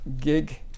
gig